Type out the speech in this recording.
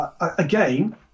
again